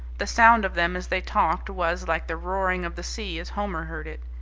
the sound of them as they talked was like the roaring of the sea as homer heard it.